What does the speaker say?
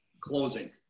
Closing